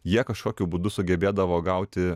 jie kažkokiu būdu sugebėdavo gauti